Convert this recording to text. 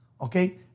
okay